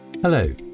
Hello